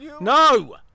no